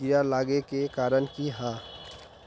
कीड़ा लागे के कारण की हाँ?